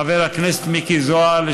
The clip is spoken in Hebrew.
חבר הכנסת מיקי זוהר,